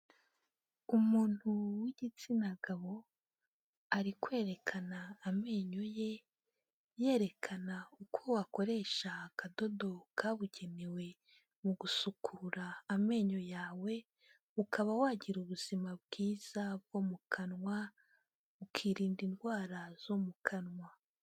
Umuntu w'igitsina gabo, ari kwerekana amenyo ye, yerekana uko wakoresha akadodo kabugenewe, mu gusukura amenyo yawe, ukaba wagira ubuzima bwiza bwo mu kanwa, ukirinda indwara zo mu kanwa.